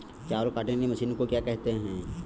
चावल काटने वाली मशीन को क्या कहते हैं?